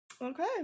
Okay